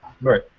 Right